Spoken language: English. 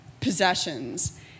possessions